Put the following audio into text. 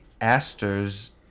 Aster's